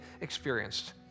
experienced